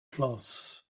cloths